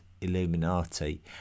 Illuminati